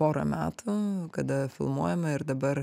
porą metų kada filmuojame ir dabar